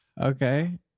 Okay